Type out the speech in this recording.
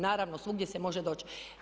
Naravno, svugdje se može doći.